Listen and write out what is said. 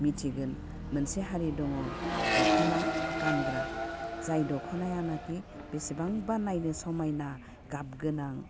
मिथिगोन मोनसे हारि दङ दख'ना गानग्रा जाय दख'नाया नाखि बेसेबांबा नायनो समायना गाब गोनां